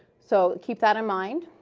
so keep that in mind.